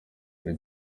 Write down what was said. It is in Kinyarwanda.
iri